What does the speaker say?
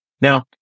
Now